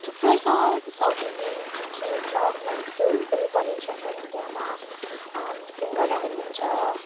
थुप्रै छ south Indian जु चाहिँ हुन्छ उनीहरू त्योहरू पनि बनिन्छ यता इन्डियामा सिङ्गडाहरू हुन्छ